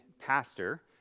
pastor